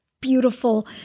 beautiful